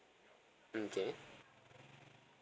okay